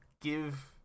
give